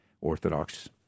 Orthodox